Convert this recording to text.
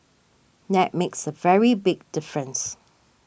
that makes a very big difference